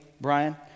Brian